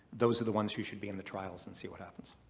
those are the ones who should be in the trials and see what happens.